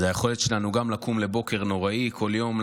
אז היכולת שלנו גם לקום לבוקר נוראי כל יום,